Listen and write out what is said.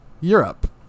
Europe